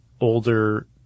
older